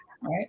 right